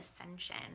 Ascension